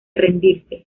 rendirse